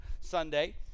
Sunday